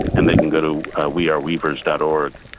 and they can go to weareweavers dot org.